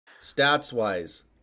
stats-wise